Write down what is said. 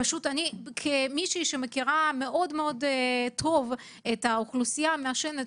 פשוט כמישהי שמכירה טוב את האוכלוסייה המעשנת